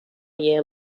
year